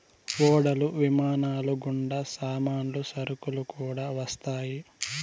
ఓడలు విమానాలు గుండా సామాన్లు సరుకులు కూడా వస్తాయి